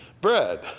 bread